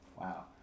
Wow